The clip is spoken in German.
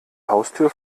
haustür